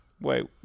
Wait